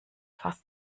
fast